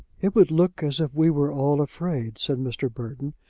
it would look as if we were all afraid, said mr. burton,